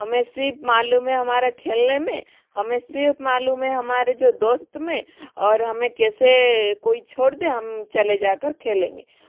हमे सिर्फ मालूम है हमारे खेलने में हमे सिर्फ मालूम है हमारे जो दोस्त में और हमें कैसे कोई छोद दे हम चले जाकर खेलेंगे